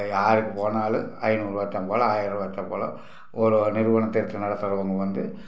யாருக்கு போனாலும் ஐந்நூறுரூவா சம்பளம் ஆயிரரூவா சம்பளம் ஒரு நிறுவனத்தை எடுத்து நடந்துறவங்க வந்து